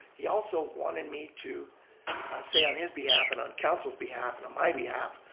he also wanted me to say, on his behalf, and on council's behalf, and on my behalf,